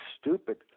stupid